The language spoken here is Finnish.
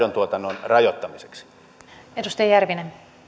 tehtäisiin omia toimenpiteitä maidontuotannon rajoittamiseksi